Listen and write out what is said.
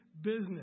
business